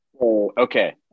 Okay